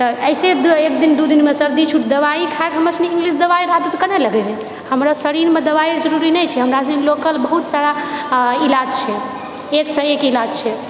तऽ ऐसे एकदिन दूदिनमे सर्दी छूटि दवाइ खायके हमरासनिके दवाइ खाएके इंग्लिश दवाइके आदत केना लगैबे हमरा शरीरमे दवाइ जरुरी नहि छे हमरासनिके लोकल बहुत सारा इलाज छै एकसँ एक इलाज छै